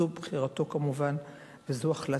זו בחירתו, כמובן, וזו החלטתו.